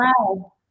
Wow